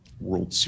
world